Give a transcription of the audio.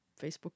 Facebook